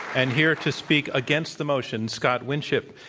and here to speak against the motion, scott winship.